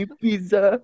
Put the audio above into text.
pizza